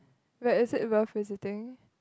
but is it worth visiting